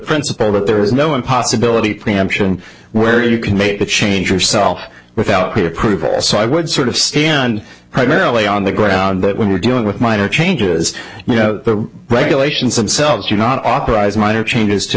principle that there is no one possibility preemption where you can make a change yourself without peer approval so i would sort of stand primarily on the ground that we were doing with minor changes you know the regulations themselves you're not authorized minor changes to